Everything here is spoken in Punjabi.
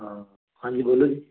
ਹਾਂਜੀ ਬੋਲੋ ਜੀ